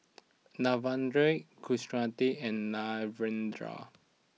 Narendra Kasiviswanathan and Narendra